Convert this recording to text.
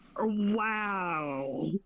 wow